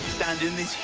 stand in this